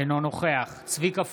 אינו נוכח צביקה פוגל,